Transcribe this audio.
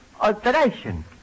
alteration